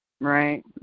right